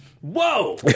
whoa